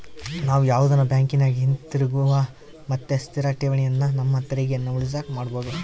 ನಾವು ಯಾವುದನ ಬ್ಯಾಂಕಿನಗ ಹಿತಿರುಗುವ ಮತ್ತೆ ಸ್ಥಿರ ಠೇವಣಿಯನ್ನ ನಮ್ಮ ತೆರಿಗೆಯನ್ನ ಉಳಿಸಕ ಮಾಡಬೊದು